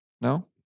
No